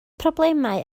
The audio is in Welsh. problemau